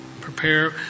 prepare